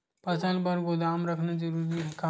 फसल बर गोदाम रखना जरूरी हे का?